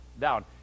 down